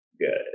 good